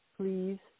please